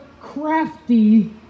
crafty